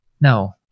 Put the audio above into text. no